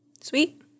Sweet